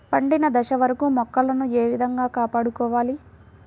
పండిన దశ వరకు మొక్కలను ఏ విధంగా కాపాడుకోవాలి?